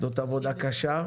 גיל 62 שנים.